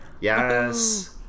yes